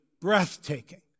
breathtaking